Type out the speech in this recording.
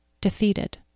defeated